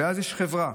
ואז יש חברה.